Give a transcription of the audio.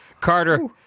Carter